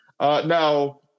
Now